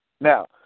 Now